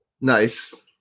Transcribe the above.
Nice